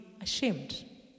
ashamed